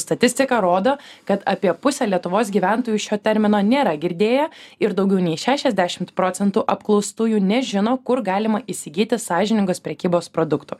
statistika rodo kad apie pusę lietuvos gyventojų šio termino nėra girdėję ir daugiau nei šešiasdešimt procentų apklaustųjų nežino kur galima įsigyti sąžiningos prekybos produktų